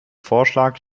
vorschlag